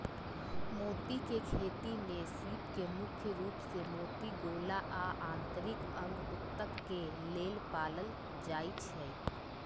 मोती के खेती में सीप के मुख्य रूप से मोती गोला आ आन्तरिक अंग उत्तक के लेल पालल जाई छई